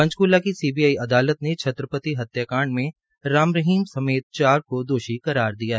पंचक्ला के साथ सीबीआई अदालत ने छत्रपति हत्याकांड में राम रहीम समेत चार लोगों को दोषी करार दिया है